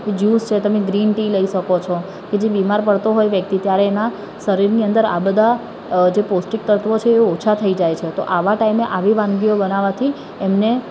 juice છે તમે green tea લઇ શકો છો કે જે બીમાર પડતો હોય વ્યક્તિ ત્યારે એના શરીરની અંદર આ બધા જે પૌષ્ટિક તત્ત્વો છે એ ઓછાં થઇ જાય છે તો આવાં ટાઇમે આવી વાનગીઓ બનાવવાથી એમને